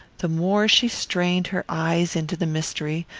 the more she strained her eyes into the mystery,